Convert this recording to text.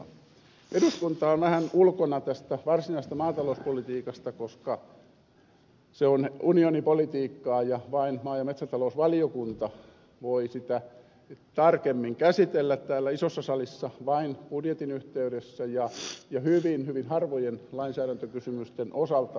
eduskunta on vähän ulkona tästä varsinaisesta maatalouspolitiikasta koska se on unionipolitiikkaa ja vain maa ja metsätalousvaliokunta voi sitä tarkemmin käsitellä täällä isossa salissa vain budjetin yhteydessä ja hyvin hyvin harvojen lainsäädäntökysymysten osalta